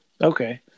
Okay